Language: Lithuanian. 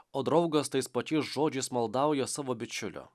o draugas tais pačiais žodžiais maldauja savo bičiulio